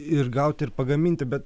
ir gauti ir pagaminti bet